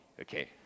Okay